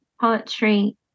poetry